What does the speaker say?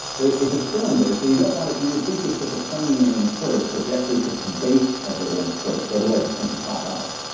there is a cylinder, so you don't want it. you would think you'd put the pointy in at first, but you actually put the base of it in first otherwise, it tends to pop out